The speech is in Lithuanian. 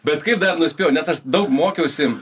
bet kaip dar nuspėjau nes aš daug mokiausi